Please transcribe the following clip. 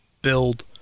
build